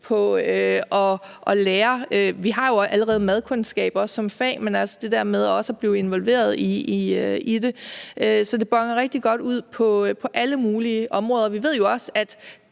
på at lære. Vi har jo allerede madkundskab, også som fag, men altså, det er der med også at blive involveret i det. Så det boner rigtig godt ud på alle mulige områder. Vi ved jo også, at